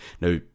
Now